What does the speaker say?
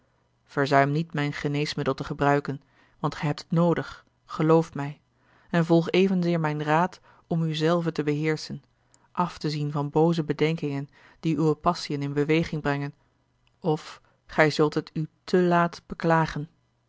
verzuim niet mijn geneesmiddel te gebruiken want gij hebt het noodig geloof mij en volg evenzeer mijn raad om u zelven te beheerschen af te zien van booze bedenkingen die uwe passiën in beweging brengen of gij zult a l g bosboom-toussaint de delftsche wonderdokter eel te laat beklagen